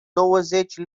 douăzeci